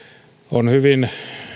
on hyvin